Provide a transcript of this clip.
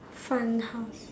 fun house